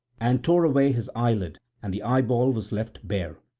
and tore away his eyelid and the eyeball was left bare.